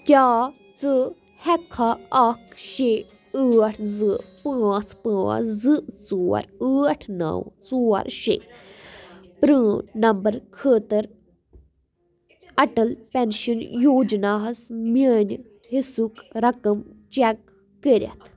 کیٛاہ ژٕ ہٮ۪ککھا اکھ شےٚ ٲٹھ زٕ پانٛژھ پانٛژھ زٕ ژور ٲٹھ نو ژور شےٚ پرٛٲن نمبر خٲطر اَٹل پٮ۪نٛشن یوجناہَس میانہِ حِصُک رقم چیک کٔرِتھ